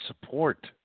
support